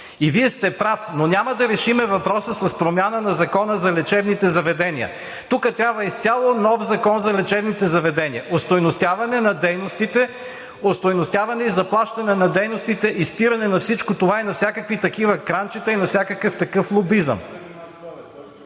И Вие сте прав, но няма да решим въпроса с промяна на Закона за лечебните заведения. Тук трябва изцяло нов Закон за лечебните заведения, остойностяване и заплащане на дейностите, спиране на всичко това и на всякакви такива кранчета, и на всякакъв такъв лобизъм.